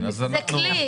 זה כלי.